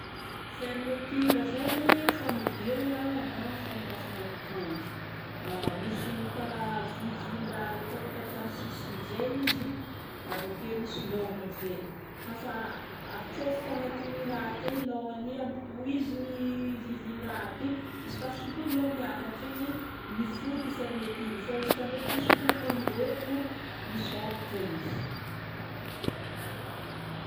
Fermeture zegny famodiagna na fanokafagna ankanjo. Misy karaha vivin-draha mipetapetaka amin'ny sisiny zay izy, avake misy lôhany zay. Kafa atsofotra agnatin'i raha ake lohany i ampitohizigna vivin-draha ty, izy ko afa sintoninao miakatra igny, mifody fermeture. Fô izy koa ndraiky sintoninao mirôrogno, misôkatra izy.